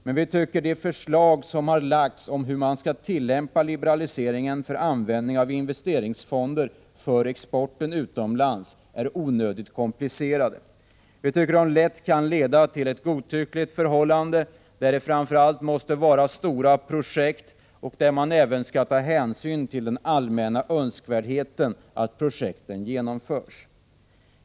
men vi tycker att förslagen om hur man skall tillämpa liberaliseringen beträffande användning av investeringsfonder för export utomlands är onödigt komplicerade. Vi tycker att de lätt kan leda till ett godtyckligt förhållande, där det framför allt måste vara stora projekt och där man även skall ta hänsyn till den allmänna önskvärdheten av att projekten genomförs.